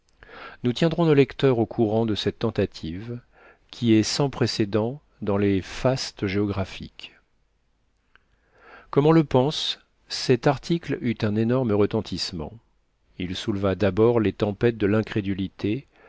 nous tiendrons nos lecteurs au courant de cette tentative qui est sans précédents dans les fastes géographiques comme on le pense cet article eut un énorme retentissement il souleva d'abord les tempêtes de l'incrédulité